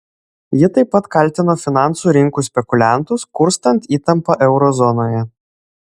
ji taip pat kaltino finansų rinkų spekuliantus kurstant įtampą euro zonoje